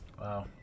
Wow